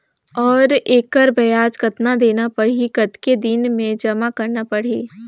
और एकर ब्याज कतना देना परही कतेक दिन मे जमा करना परही??